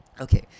Okay